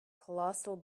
colossal